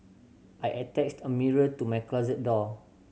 I attached a mirror to my closet door